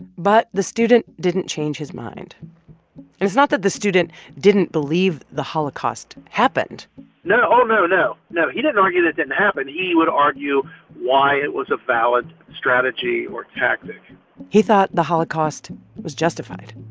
but the student didn't change his mind. and it's not that the student didn't believe the holocaust happened no. oh, no, no. no, he didn't argue that it didn't happen he would argue why it was a valid strategy or tactic he thought the holocaust was justified.